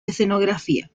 escenografía